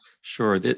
Sure